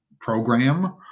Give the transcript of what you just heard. program